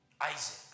Isaac